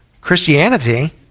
Christianity